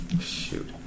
Shoot